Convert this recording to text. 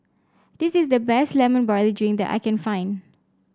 this is the best Lemon Barley Drink that I can find